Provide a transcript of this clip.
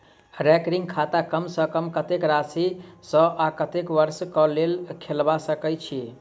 recurring खाता कम सँ कम कत्तेक राशि सऽ आ कत्तेक वर्ष कऽ लेल खोलबा सकय छी